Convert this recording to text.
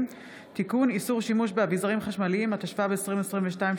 התשפ"ב 2022,